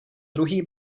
druhý